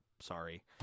sorry